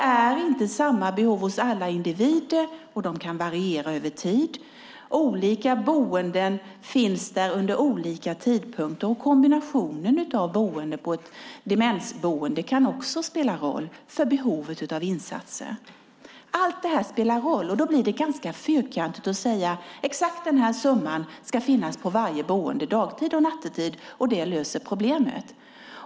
Alla individer har inte samma behov, och behoven kan dessutom variera över tid. Det finns olika boenden under skilda tidpunkter, och kombinationen av boende, på ett demensboende, kan också spela roll för behovet av insatser. Allt detta spelar roll, och då blir det ganska fyrkantigt att säga att exakt en viss summa ska finnas på varje boende dagtid och nattetid och att det löser problemet.